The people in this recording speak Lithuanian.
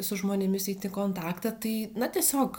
su žmonėmis eiti į kontaktą tai na tiesiog